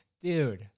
Dude